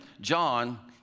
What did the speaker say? John